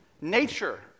Nature